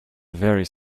very